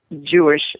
Jewish